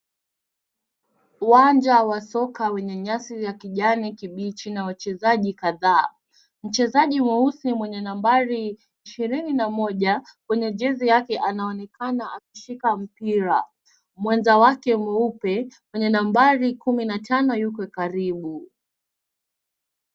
Uwanja wa soka wenye nyasi vya kijani kibichi na wachezaji kadhaa. Mchezaji mweusi mwenye nambari ishirini na moja kwenye jezi yake anaonekna akishika mpira. Mwenza wake mweupe mwenye nambari kumi na tano yuko karibu.